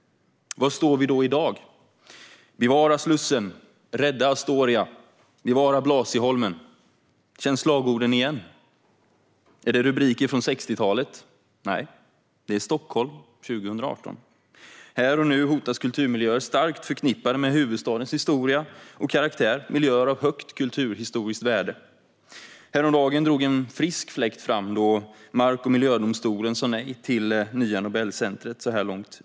Var står vi då i dag? Bevara Slussen! Rädda Astoria! Bevara Blasieholmen! Känns slagorden igen? Är det rubriker från 1960-talet? Nej, det är Stockholm 2018. Här och nu hotas kulturmiljöer starkt förknippade med huvudstadens historia och karaktär. Det är miljöer av högt kulturhistoriskt värde. Häromdagen drog en frisk fläkt fram då mark och miljödomstolen sa nej till nya Nobelcenter.